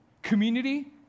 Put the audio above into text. Community